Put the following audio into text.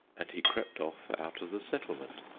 and he crept off out of the settlement.